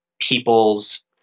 people's